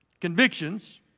Convictions